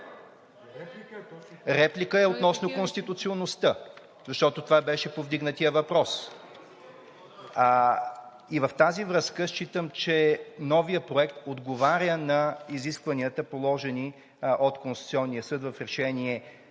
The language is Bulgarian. Реплика е относно конституционността, защото това беше повдигнатият въпрос. И в тази връзка считам, че новият проект отговаря на изискванията, положени от Конституционния съд в Решение